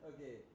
Okay